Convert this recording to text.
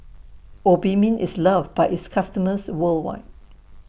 Obimin IS loved By its customers worldwide